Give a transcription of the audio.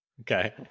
Okay